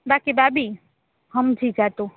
બાકી બાબી હમજી જાતો